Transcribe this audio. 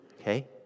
okay